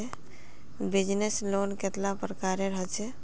Business loan कतेला प्रकारेर होचे?